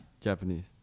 Japanese